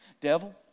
Devil